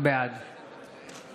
בעד ישראל כץ,